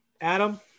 Adam